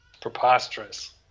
Preposterous